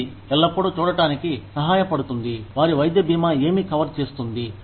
ఇది ఎల్లప్పుడూ చూడటానినికి సహాయపడుతుంది వారి వైద్య బీమా ఏమి కవర్ చేస్తుంది